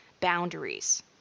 boundaries